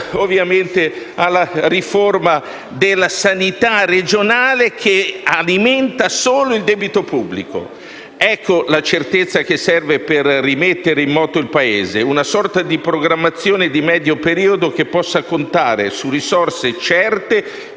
ovviamente, alla riforma di quella sanità regionale, che alimenta solo il debito pubblico. Ecco la certezza che serve per rimettere in moto il Paese; una sorta di programmazione di medio periodo che possa contare su risorse certe